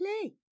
play